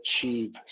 achieve